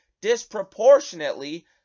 disproportionately